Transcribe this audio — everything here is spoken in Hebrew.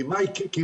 כי מה?